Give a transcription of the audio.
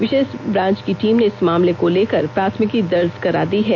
विशेष branch की team ने इस मामले को लेकर प्राथमिकी दर्ज करा दी गई है